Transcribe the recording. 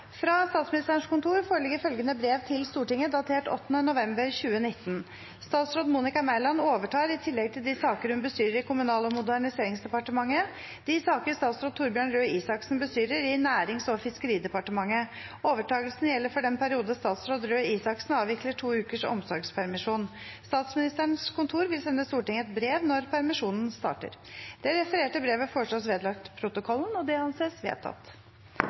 Fra Statsministerens kontor foreligger følgende brev til Stortinget datert 8. november 2019: «Statsråd Monica Mæland overtar, i tillegg til de saker hun bestyrer i Kommunal- og moderniseringsdepartementet, de saker statsråd Torbjørn Røe Isaksen bestyrer i Nærings- og fiskeridepartementet. Overtakelsen gjelder for den periode statsråd Røe Isaksen avvikler to ukers omsorgspermisjon. Statsministerens kontor vil sende Stortinget et brev når permisjonen starter.» Det refererte brevet foreslås vedlagt protokollen. – Det anses vedtatt.